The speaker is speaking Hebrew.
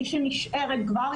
מי שנשארת כבר,